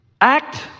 act